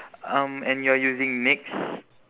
um and you're using nyx